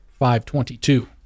522